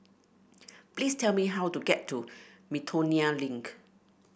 please tell me how to get to Miltonia Link